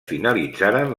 finalitzaren